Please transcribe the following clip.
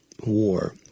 war